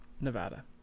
Nevada